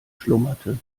schlummerte